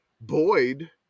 Boyd